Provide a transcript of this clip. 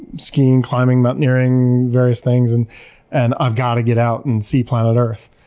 skiing, climbing, mountaineering, various things, and and i've got to get out and see planet earth.